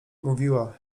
mówiła